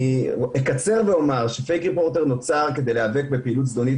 אני אקצר ואומר שפייק ריפורטר נוצר כדי להיאבק בפעילות זדונית